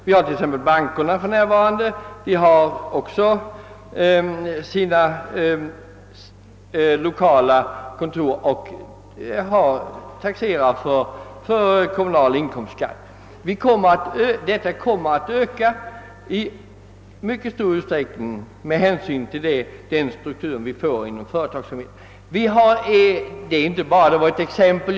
Ta till exempel bankerna; de har sina lokala kontor som taxeras till kommunal inkomstskatt. Dessa företeelser kommer att öka i om fattning på grund av den struktur som företagsamheten får. Detta var bara ett exempel.